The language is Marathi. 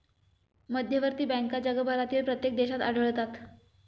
मध्यवर्ती बँका जगभरातील प्रत्येक देशात आढळतात